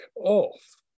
off